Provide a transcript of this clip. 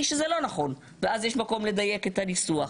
שזה לא נכון ואז יש מקום לדייק את הניסוח.